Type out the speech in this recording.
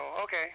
okay